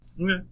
Okay